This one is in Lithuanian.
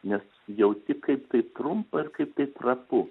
nes jauti kaip tai trumpa ir kaip tai trapu